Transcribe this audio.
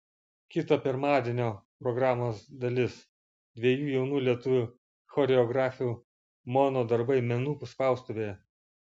kita pirmadienio programos dalis dviejų jaunų lietuvių choreografių mono darbai menų spaustuvėje